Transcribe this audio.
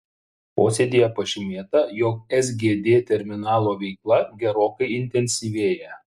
posėdyje pažymėta jog sgd terminalo veikla gerokai intensyvėja